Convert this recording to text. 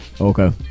Okay